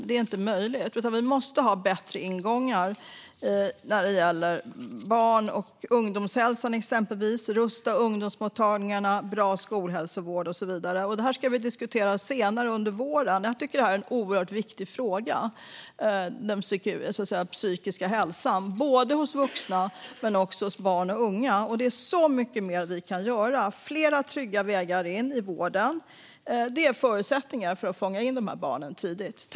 Det är inte möjligt, utan vi måste ha bättre ingångar när det gäller barn och ungdomshälsan. Exempelvis kan man rusta ungdomsmottagningarna, ha bra skolhälsovård och så vidare. Detta ska vi diskutera senare under våren. Jag tycker att psykisk hälsa är en oerhört viktig fråga, både hos vuxna och hos barn och unga. Det finns mycket mer vi kan göra för att få flera trygga vägar in i vården. Det är en förutsättning för att fånga in dessa barn tidigt.